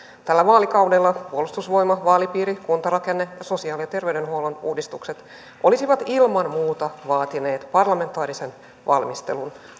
tällä vaalikaudella puolustusvoima vaalipiiri kuntarakenne ja sosiaali ja terveydenhuollon uudistukset olisivat ilman muuta vaatineet parlamentaarisen valmistelun